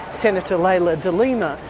senator leila de lima,